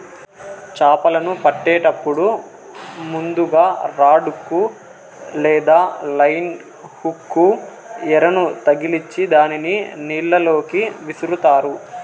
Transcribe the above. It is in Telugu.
చాపలను పట్టేటప్పుడు ముందుగ రాడ్ కు లేదా లైన్ హుక్ కు ఎరను తగిలిచ్చి దానిని నీళ్ళ లోకి విసురుతారు